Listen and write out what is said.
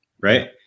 right